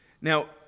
Now